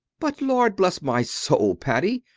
but, lord bless my soul, paddy,